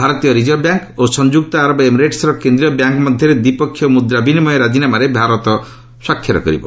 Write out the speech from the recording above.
ଭାରତୀୟ reserve bank ଓ ସଂଯୁକ୍ତ ଆରବ ଏମିରେଟ୍ସର କେନ୍ଦ୍ରୀୟ ବ୍ୟାଙ୍କ ମଧ୍ୟରେ ଦ୍ୱିପକ୍ଷୀୟ ମୁଦ୍ରା ବିନିମୟ ରାଜିନାମାରେ ଭାରତ ସ୍ପାକ୍ଷର କରିବ